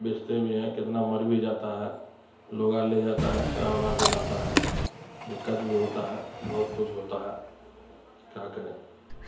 بیچتے بھی ہیں کتنا مر بھی جاتا ہے لوگ لے جاتا ہے چرا ارا کے لاتا ہے دقت بھی ہوتا ہے بہت کچھ ہوتا ہے کیا کریں